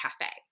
cafe